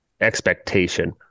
expectation